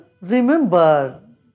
remember